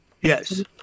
Yes